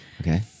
Okay